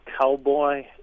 cowboy